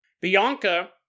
Bianca